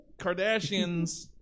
Kardashians